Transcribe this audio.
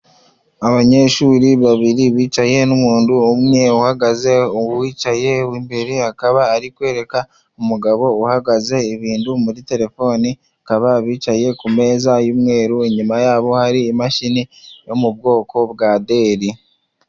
Abanyeshuri babiri bicaye n'umuntu umwe uhagaze, uwicaye w'imbere akaba ari kwereka umugabo uhagaze ibintu muri terefone, bakaba bicaye ku meza y'umweru inyuma yabo hari imashini yo mu bwoko bwa Deri.